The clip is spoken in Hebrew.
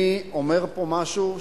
אני אומר פה משהו,